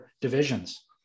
divisions